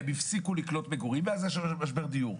הם הפסיקו לקלוט מגורים ואז היה משבר דיור.